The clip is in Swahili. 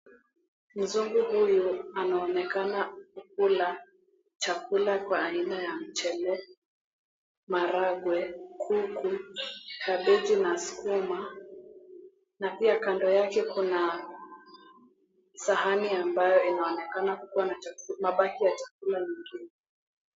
Mzungu huyu anaonekana kula chakula kwa aina ya mchele, maharagwe, kuku, kabeji na skuma na pia kando yake kuna sahani ambayo inaonekana kuwa na chakula mabaki ya chakula zingine.